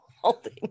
holding